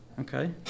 Okay